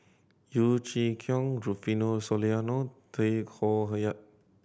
Yeo Chee Kiong Rufino Soliano Tay Koh Yat